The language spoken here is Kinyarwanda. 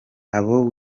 abo